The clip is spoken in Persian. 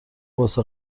واسه